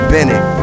Bennett